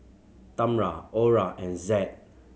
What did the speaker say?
Tamra Orah and Zed